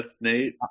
nate